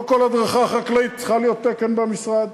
לא כל הדרכה חקלאית צריכה להיות תקן במשרד.